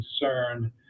concern